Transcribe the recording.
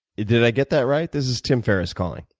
did i get that right? this is tim ferriss calling.